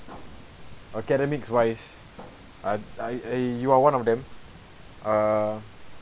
academics wise ah I eh you are one of them err